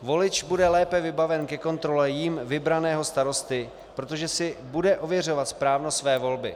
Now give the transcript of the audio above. Volič bude lépe vybaven ke kontrole jím vybraného starosty, protože si bude ověřovat správnost své volby.